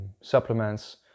supplements